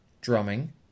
drumming